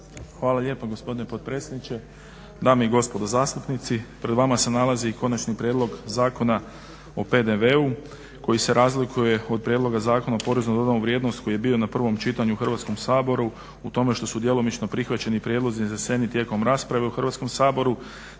Hvala lijepo gospodine potpredsjedniče, dame i gospodo zastupnici. Pred vama se nalazi Konačni prijedlog zakona o PDV-u koji se razlikuje od Prijedloga Zakona o porezu na dodanu vrijednost koji je bio na prvom čitanju u Hrvatskom saboru u tome što su djelomično prihvaćeni prijedlozi izneseni tijekom rasprave u Hrvatskom saboru